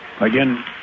Again